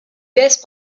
baisse